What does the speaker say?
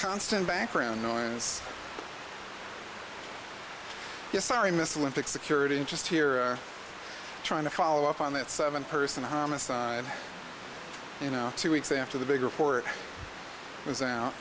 constant background noise yes sorry miss lympics security interest here trying to follow up on that seven person homicide you know two weeks after the big report was out